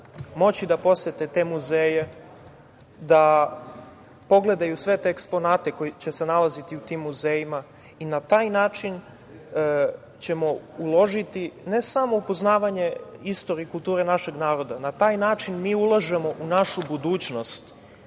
moći da posete te muzeje, da pogledaju sve te eksponate koji će se nalaziti u tim muzejima i na taj način ćemo uložiti ne samo upoznavanje istorije i kulture našeg naroda, nego na taj način mi ulažemo u našu budućnost,